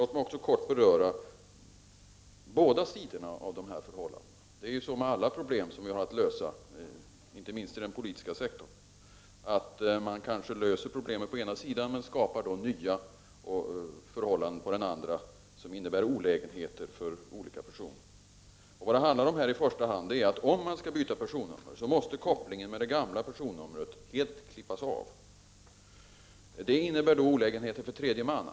Låt mig också kort beröra båda sidorna av de här förhållandena. Det är så med alla problem som vi har att lösa, inte minst i den politiska sektorn, att man kanske löser problemet på ena sidan men skapar olägenheter för olika personer på den andra. Vad det i första hand handlar om är, att om man skall byta personnummer måste kopplingen med det gamla personnumret helt klippas av. Det innebär olägenheter för tredje man.